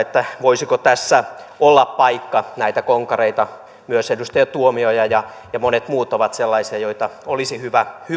voisiko tässä olla paikka näitä konkareita haastatella myös edustaja tuomioja ja ja monet muut ovat sellaisia joita olisi hyvä